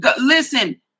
listen